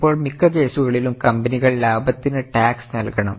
ഇപ്പോൾ മിക്ക കേസുകളിലും കമ്പനികൾ ലാഭത്തിന് ടാക്സ് നൽകണം